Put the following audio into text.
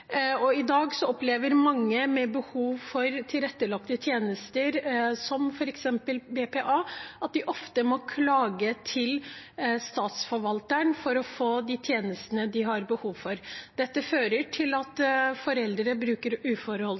I dag opplever mange med behov for tilrettelagte tjenester, som f.eks. BPA, at de ofte må klage til Statsforvalteren for å få de tjenestene de har behov for. Dette fører til at foreldre bruker